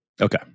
Okay